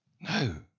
No